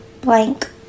blank